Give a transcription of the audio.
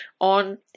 on